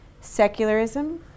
secularism